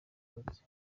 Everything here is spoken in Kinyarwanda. abatutsi